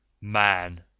Man